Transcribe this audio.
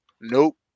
Nope